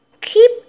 keep